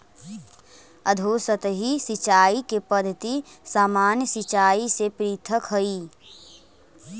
अधोसतही सिंचाई के पद्धति सामान्य सिंचाई से पृथक हइ